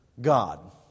God